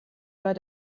bei